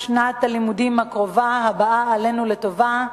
שנת הלימודים הקרובה הבאה עלינו לטובה,